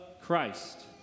Christ